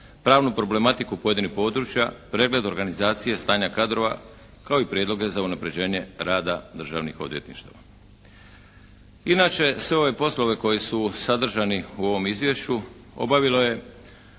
pravnu problematiku pojedinih područja, pregled organizacije stanja kadrova kao i prijedloge za unapređenje rada državnih odvjetništava. Inače sve ove poslove koji su sadržani u ovom izvješću obavilo je